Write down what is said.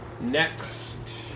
Next